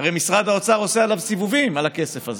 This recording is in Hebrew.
הרי משרד האוצר עושה עליו סיבובים, על הכסף הזה.